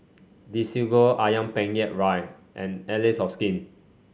Desigual ayam Penyet Ria and Allies of Skin